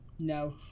No